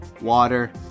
water